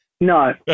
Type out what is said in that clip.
No